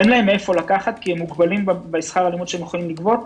אין להם מאיפה לקחת כי הם מוגבלים בשכר הלימוד שהם יכולים לגבות,